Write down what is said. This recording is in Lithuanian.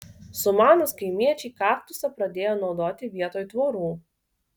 sumanūs kaimiečiai kaktusą pradėjo naudoti vietoj tvorų